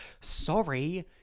sorry